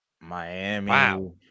Miami